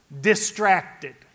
distracted